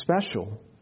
special